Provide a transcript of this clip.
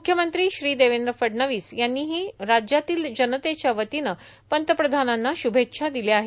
मुख्यमंत्री श्री देवेंद्र फडणवीस यांनीही राज्यातील जनतेच्या वतीनं पंतप्रधानांना श्रभेच्छा दिल्या आहेत